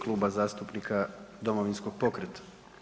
Kluba zastupnika Domovinskog pokreta.